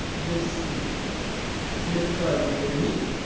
de sin le col de nick,